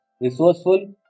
resourceful